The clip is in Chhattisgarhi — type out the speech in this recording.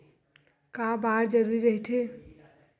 का बार जरूरी रहि थे?